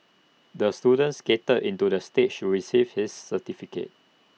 the student skated into the stage to receive his certificate